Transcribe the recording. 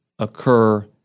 Occur